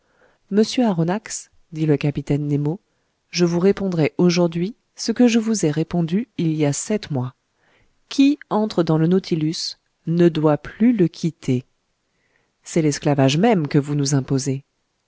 monsieur aronnax dit le capitaine nemo je vous répondrai aujourd'hui ce que je vous ai répondu il y a sept mois qui entre dans le nautilus ne doit plus le quitter c'est l'esclavage même que vous nous imposez